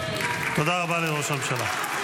תודה רבה לראש הממשלה.